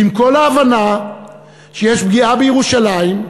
ועם כל ההבנה שיש פגיעה בירושלים,